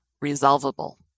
resolvable